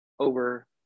Over